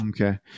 Okay